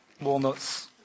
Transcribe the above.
walnuts